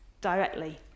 directly